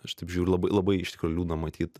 aš taip žiūriu labai labai liūdna matyt